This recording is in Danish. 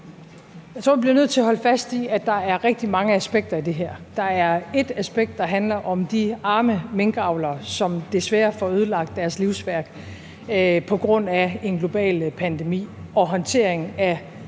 Jeg tror, vi bliver nødt til at holde fast i, at der er rigtig mange aspekter i det her. Der er ét aspekt, der handler om de arme minkavlere, som desværre får ødelagt deres livsværk på grund af en global pandemi, og i